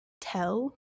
tell